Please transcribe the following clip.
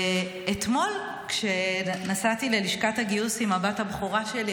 ואתמול כשנסעתי ללשכת הגיוס עם הבת הבכורה שלי,